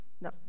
No